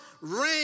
rain